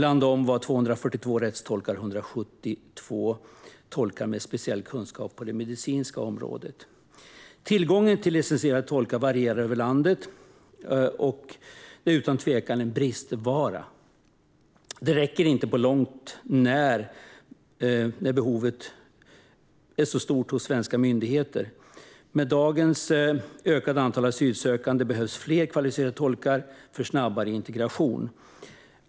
Av dem var 242 rättstolkar och 172 var tolkar med speciell kunskap om det medicinska området. Tillgången till licensierade tolkar varierar över landet. De är utan tvekan en bristvara. Det räcker inte på långt när då behovet hos svenska myndigheter är så stort. Med dagens ökade antal asylsökande behövs fler kvalificerade tolkar för att få en snabbare integration.